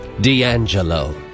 D'Angelo